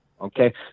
Okay